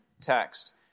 text